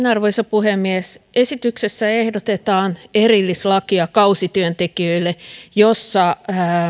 arvoisa puhemies esityksessä ehdotetaan kausityöntekijöille erillislakia jossa